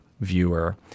viewer